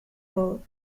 all